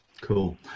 Cool